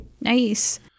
Nice